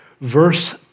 Verse